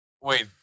wait